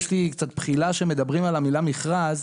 קצת בחילה כשמדברים על המילה מכרז,